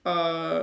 uh